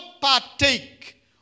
partake